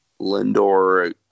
Lindor